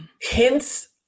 hints